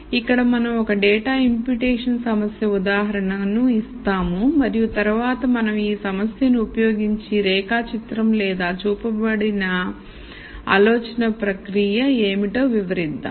ఇక్కడ మనం ఒక డేటా ఇంప్యుటేషన్ సమస్య ఉదాహరణ ను ఇస్తాము మరియు తరువాత మనం ఈ సమస్య ను ఉపయోగించి రేఖా చిత్రం లేదా చూపించబడిన ఆలోచన ప్రక్రియ ఏమిటో వివరిద్దాం